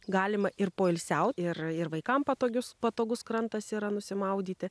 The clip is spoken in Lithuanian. galima ir poilsiaut ir ir vaikams patogius patogus krantas yra nusimaudyti